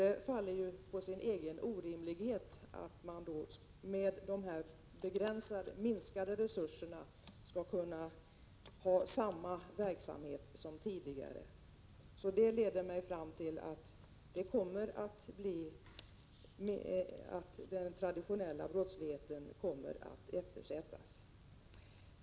Det faller på sin egen orimlighet att man med dessa minskade resurser skall kunna ha samma verksamhet som tidigare. Det leder mig fram till att den traditionella brottsligheten kommer att eftersättas.